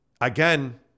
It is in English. again